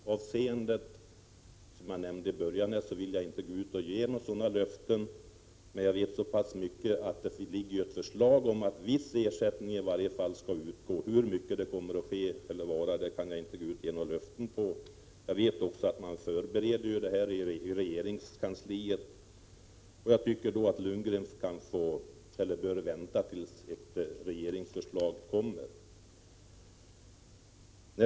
Som jag nämnde tidigare vill jag inte utfärda några sådana löften. Men jag vet att det finns ett förslag om att i varje fall viss ersättning skall utgå. Hur stor ersättningen kommer att bli kan jag inte ge några löften om. Jag vet också att förslaget förbereds i regeringskansliet, och jag tycker att Bo Lundgren bör vänta tills ett regeringsförslag kommer.